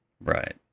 right